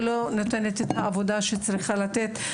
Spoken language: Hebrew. בינתיים, היא לא נותנת את העבודה שהיא צריכה לתת.